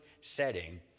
setting